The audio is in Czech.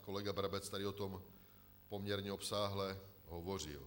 A kolega Brabec už tady o tom poměrně obsáhle hovořil.